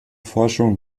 forschung